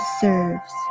serves